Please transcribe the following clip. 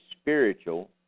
spiritual